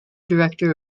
director